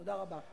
תודה רבה.